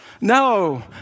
No